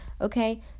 Okay